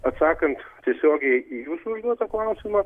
atsakant tiesiogiai į jūsų užduotą klausimą